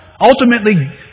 Ultimately